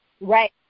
Right